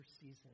season